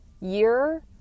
year